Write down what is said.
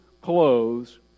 clothes